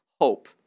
hope